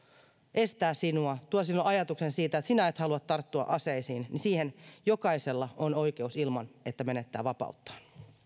estää sinua tuo sinuun ajatuksen siitä että sinä et halua tarttua aseisiin niin siihen jokaisella on oikeus ilman että menettää vapauttaan